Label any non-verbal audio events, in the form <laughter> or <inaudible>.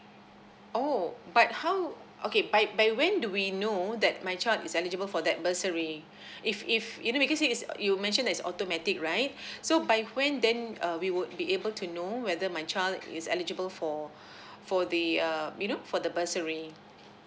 oh but how okay by by when do we know that my child is eligible for that bursary <breath> if if you know because it's you mentioned that it's automatic right <breath> so by when then uh we would be able to know whether my child is eligible for <breath> for the uh you know for the bursary